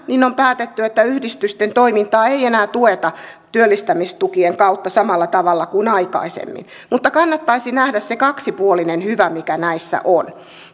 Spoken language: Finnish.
niin on päätetty että yhdistysten toimintaa ei enää tueta työllistämistukien kautta samalla tavalla kuin aikaisemmin mutta kannattaisi nähdä se kaksipuolinen hyvä mikä näissä on